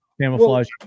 camouflage